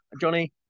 Johnny